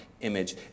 image